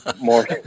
more